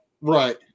Right